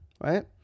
Right